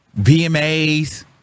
VMAs